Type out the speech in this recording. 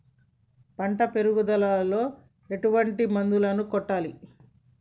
పంట పెరుగుదలలో ఎట్లాంటి మందులను కొట్టాలి?